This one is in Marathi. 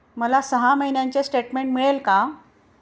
मला सहा महिन्यांचे स्टेटमेंट मिळेल का?